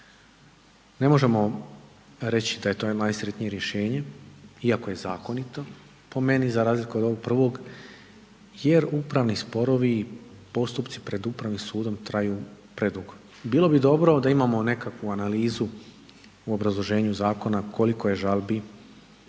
Ne možemo reći da je to najsretnije rješenje, iako je zakonito po meni za razliku od ovog prvog jer upravni sporovi i postupci pred Upravnim sudom traju predugo. Bilo bi dobro da imamo nekakvu analizu u obrazloženju zakona koliko je žalbi